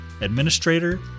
administrator